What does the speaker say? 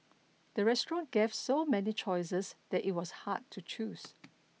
the restaurant gave so many choices that it was hard to choose